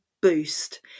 boost